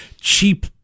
cheap